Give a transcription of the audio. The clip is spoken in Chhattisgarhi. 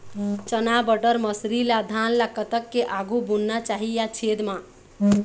चना बटर मसरी ला धान ला कतक के आघु बुनना चाही या छेद मां?